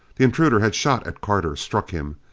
the intruder had shot at carter struck him.